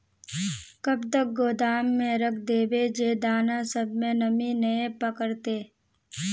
कब तक गोदाम में रख देबे जे दाना सब में नमी नय पकड़ते?